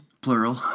plural